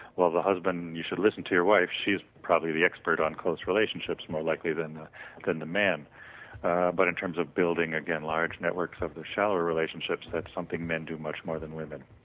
well the husband, you should listen to your wife she is probably the expert on close relationships more likely than the than the man but in terms of building again large networks of the shallower relationships that's something men do much more than women.